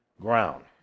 ground